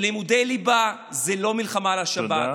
לימודי ליבה זה לא מלחמה על השבת.